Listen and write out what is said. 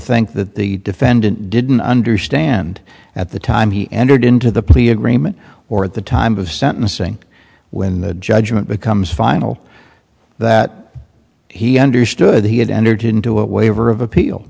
think that the defendant didn't understand at the time he entered into the plea agreement or at the time of sentencing when the judgment becomes final that he understood he had energy into a waiver of appeal